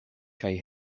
kaj